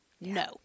No